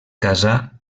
casà